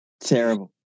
Terrible